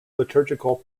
liturgical